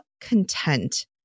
content